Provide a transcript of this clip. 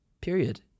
period